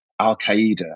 al-Qaeda